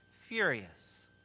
furious